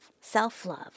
self-love